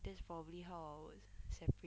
that's probably how I would separate